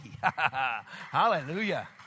Hallelujah